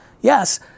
yes